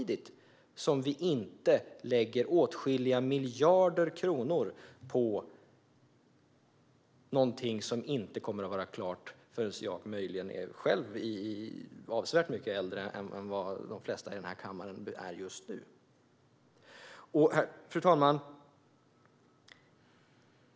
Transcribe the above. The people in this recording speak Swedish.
Detta kommer vi att göra utan att samtidigt lägga åtskilliga miljarder kronor på någonting som inte kommer att vara klart förrän jag möjligen själv är avsevärt mycket äldre än vad de flesta i den här kammaren är just nu. Fru talman!